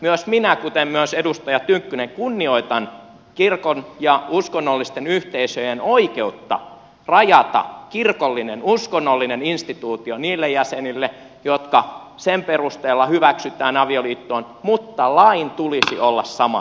myös minä kuten edustaja tynkkynen kunnioitan kirkon ja uskonnollisten yhteisöjen oikeutta rajata kirkollinen uskonnollinen instituutio niille jäsenille jotka sen perusteella hyväksytään avioliittoon mutta lain tulisi olla sama kaikille